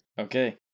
Okay